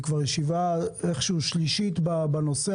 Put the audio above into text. זו ישיבה שלישית בנושא,